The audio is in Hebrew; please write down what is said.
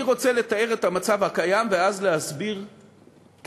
אני רוצה לתאר את המצב הקיים, ואז להסביר כיצד